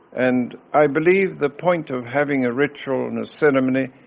and i believe the point of having a ritual and a ceremony,